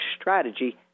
strategy